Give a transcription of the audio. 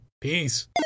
Peace